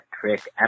trick